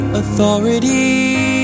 authority